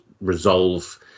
resolve